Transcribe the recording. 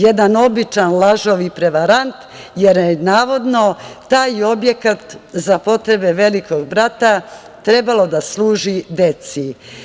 Jedan običan lažov i prevarant, jer je, navodno, taj objekat za potrebe „Velikog brata“ trebalo da služi deci.